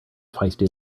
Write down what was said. feisty